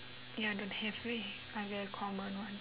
ya don't have leh I very comman [one]